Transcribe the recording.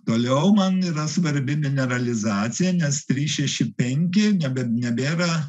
toliau man yra svarbi mineralizacija nes trys šeši penki nebe nebėra